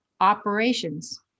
operations